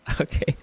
Okay